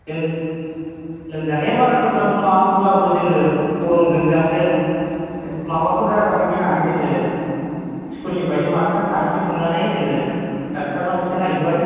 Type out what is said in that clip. जों लोमजानाया बारा गोब्राब नङा अब्लाबो जोङो गरमजों जाबजों माबाफोर जाजानो गिनानै जोङो स्कुलनिफ्रायनो मास्तार सानैसो थांनानै जोङो डाक्टारनाव एसे नायहोबाय